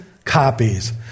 Copies